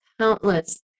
countless